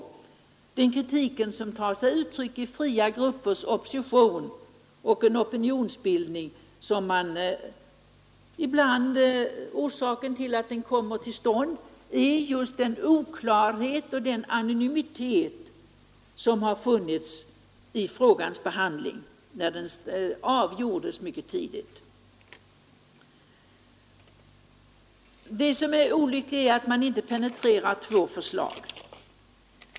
Jag tänker på den kritik som tar sig uttryck i fria gruppers opposition och opinionsbildning och som delvis har sin orsak i just den oklarhet och anonymitet som präglat frågans behandling när den mycket tidigt avgjorts. Det olyckliga är att man inte penetrerat två förslag.